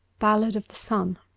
ballad of the sun